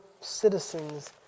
citizens